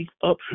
up